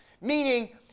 meaning